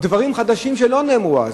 דברים חדשים שלא נאמרו אז,